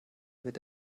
wird